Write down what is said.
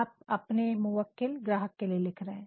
आप अपने मुवक्किल ग्राहक के लिए लिख रहे हैं